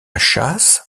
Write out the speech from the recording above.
châsse